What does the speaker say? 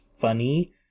funny